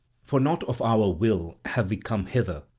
for not of our will have we come hither,